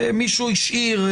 ומישהו השאיר,